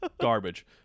Garbage